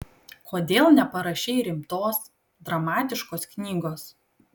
kodėl neparašei rimtos dramatiškos knygos